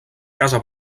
casa